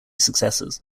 successes